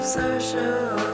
social